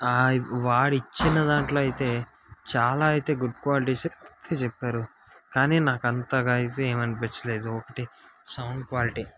వాడిచ్చిన దాంట్లో అయితే చాలా అయితే గుడ్ క్వాలిటీస్ చెప్పారు కానీ నాకు అంతగా అయితే ఏమి అనిపించలేదు ఒకటి సౌండ్ క్వాలిటీ